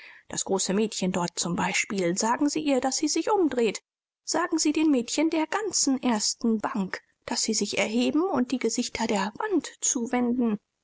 das große mädchen dort zum beispiel sagen sie ihr daß sie sich umdreht sagen sie den mädchen der ganzen ersten bank daß sie sich erheben und die gesichter der wand zuwenden